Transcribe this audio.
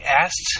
asked